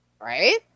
Right